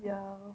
yeah